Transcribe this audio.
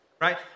right